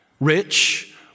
rich